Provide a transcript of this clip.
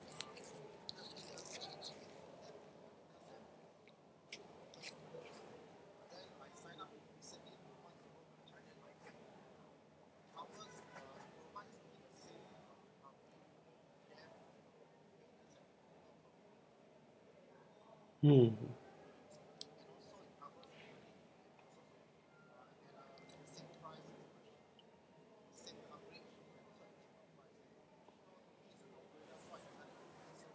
hmm